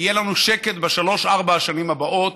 יהיה לנו שקט בשלוש-ארבע השנים הבאות.